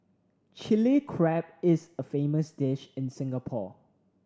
Chilli Crab is a famous dish in Singapore